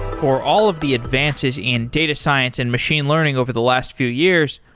for all of the advances in data science and machine learning over the last few years,